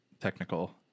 technical